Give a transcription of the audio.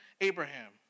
Abraham